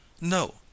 No